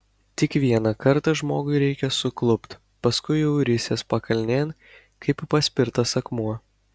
tik vieną kartą žmogui reikia suklupt paskui jau risies pakalnėn kaip paspirtas akmuo